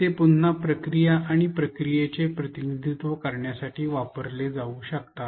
ते पुन्हा प्रक्रिया आणि प्रक्रियेचे प्रतिनिधित्व करण्यासाठी वापरले जाऊ शकतात